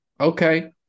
okay